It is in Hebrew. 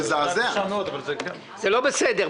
זה לא בסדר.